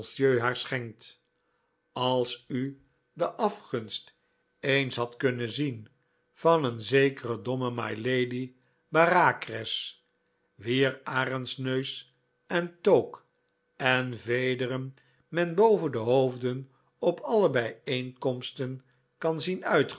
haar schenkt als u de afgunst eens had kunnen zien van een zekere domme mylady bareacres wier arendsneus en toque en vederen men boven de hoofden op alle bijeenkomsten kan zien